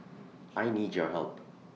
I need your help